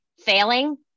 failing